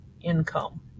income